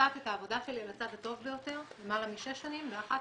מבצעת את העבודה שלי על הצד הטוב ביותר למעלה משש שנים באחת